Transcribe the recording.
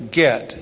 get